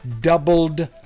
doubled